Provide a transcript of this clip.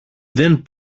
δεν